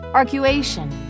arcuation